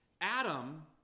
Adam